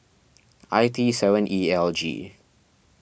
I T seven E L G